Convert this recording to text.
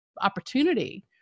opportunity